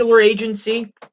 agency